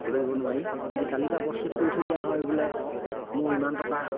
ধৰিব নোৱাৰি যদি তালিকা প্ৰস্তুত কৰি থৈ দিয়া হয় বোলে মোৰ ইমান টকা